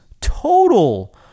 total